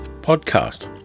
podcast